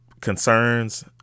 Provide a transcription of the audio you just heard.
concerns